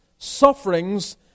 Sufferings